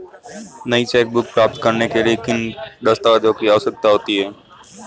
नई चेकबुक प्राप्त करने के लिए किन दस्तावेज़ों की आवश्यकता होती है?